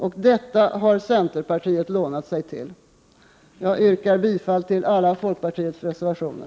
Och detta har centerpartiet lånat sig till! Jag yrkar bifall till alla folkpartiets reservationer.